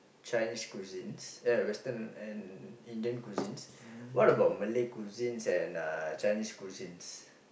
Chinese cuisines eh Western and Indian cuisines what about Malay cuisines and uh Chinese cuisines